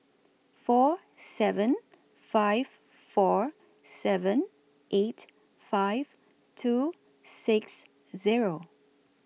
four seven five four seven eight five two six Zero